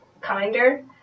Kinder